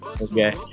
Okay